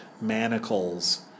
manacles